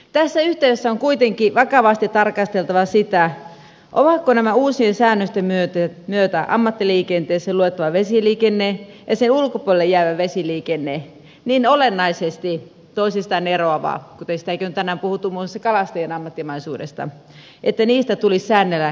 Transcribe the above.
tässä yhteydessä on kuitenkin vakavasti tarkasteltava sitä ovatko nämä uusien säännösten myötä ammattiliikenteeseen luettava vesiliikenne ja sen ulkopuolelle jäävä vesiliikenne niin olennaisesti toisistaan eroavia kuten on tänään puhuttu muun muassa kalastajien ammattimaisuudesta että niistä tulisi säännellä eri tavoin